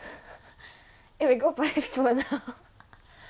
eh we go buy food ah